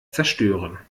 zerstören